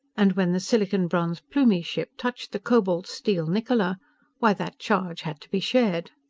and when the silicon-bronze plumie ship touched the cobalt-steel niccola why that charge had to be shared.